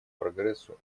прогрессу